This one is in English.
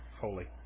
Holy